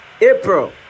April